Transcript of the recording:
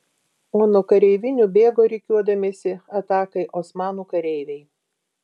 o nuo kareivinių bėgo rikiuodamiesi atakai osmanų kareiviai